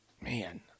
man